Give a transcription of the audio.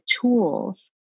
tools